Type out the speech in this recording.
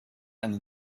eine